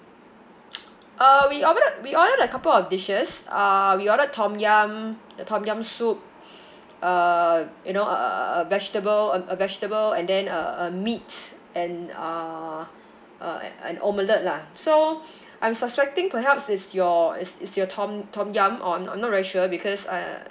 uh we ordered we ordered a couple of dishes uh we ordered tom yum the tom yum soup uh you know uh uh uh vegetable uh uh vegetable and then uh uh meat and uh uh an an omelette lah so I'm suspecting perhaps it's your it's it's your tom tom yum or not not very sure because uh